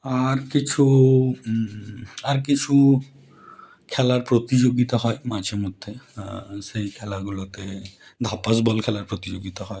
আর কিছু আর কিছু খেলার প্রতিযোগিতা হয় মাঝেমধ্যে সেই খেলাগুলোতে ধাপাস বল খেলার প্রতিযোগিতা হয়